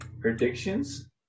Predictions